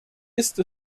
ist